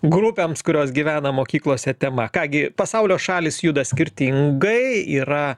grupėms kurios gyvena mokyklose tema ką gi pasaulio šalys juda skirtingai yra